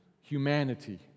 humanity